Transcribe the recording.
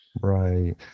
Right